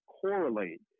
correlate